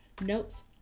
notes